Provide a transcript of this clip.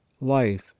life